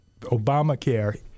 Obamacare